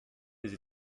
les